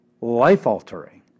life-altering